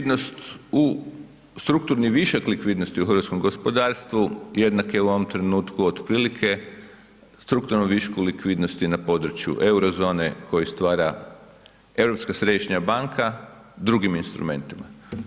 Strukturni višak likvidnosti u hrvatskom gospodarstvu jednak je u ovom trenutku otprilike strukturnom višku likvidnosti na području eurozone koji stvara Europska središnja banka drugim instrumentima.